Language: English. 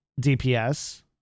DPS